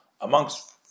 amongst